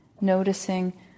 Noticing